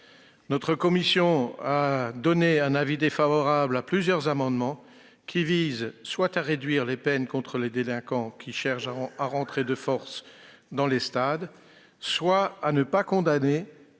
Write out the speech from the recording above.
Notre commission a émis un avis défavorable sur plusieurs amendements visant à réduire les peines encourues par les délinquants qui cherchent à entrer de force dans les stades, à ne pas condamner